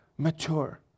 mature